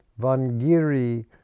Vangiri